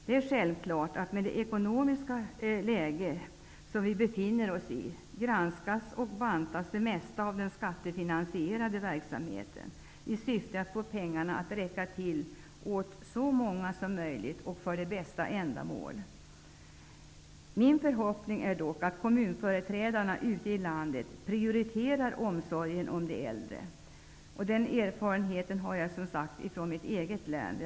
Det är självklart att i det ekonomiska läge som vi befinner oss i, granskas och bantas det mesta av den skattefinansierade verksamheten i syfte att få pengarna att räcka till åt så många som möjligt och till de bästa ändamålen. Min förhoppning är dock att kommunföreträdarna ute i landet prioriterar omsorgen om de äldre. Från mitt eget län har jag erfarenhet av att så är fallet.